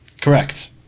Correct